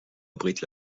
abrite